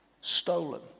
Stolen